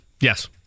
Yes